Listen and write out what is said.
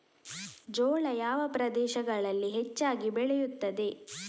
ಜೋಳ ಯಾವ ಪ್ರದೇಶಗಳಲ್ಲಿ ಹೆಚ್ಚಾಗಿ ಬೆಳೆಯುತ್ತದೆ?